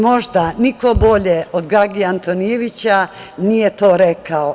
Možda niko bolje od Gage Antonijevića nije to rekao.